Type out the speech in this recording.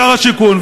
שר השיכון,